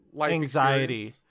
anxiety